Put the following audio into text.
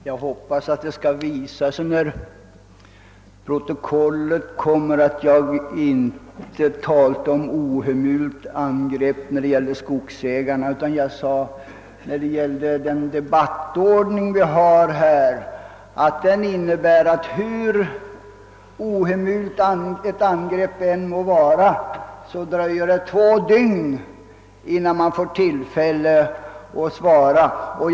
Herr talman! Jag hoppas att det när protokollet kommer skall visa sig, att jag inte talade om något »ohemult» angrepp på skogsägarna. Vad jag sade var att den debattordning vi har innebär, att hur ohemult ett angrepp än må vara så dröjer det två dygn innan man får tillfälle att svara på det.